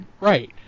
Right